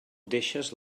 deixes